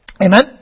Amen